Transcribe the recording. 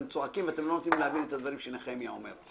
אתם צועקים ואתם לא נותנים לי להבין את הדברים שנחמיה אומר.